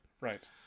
Right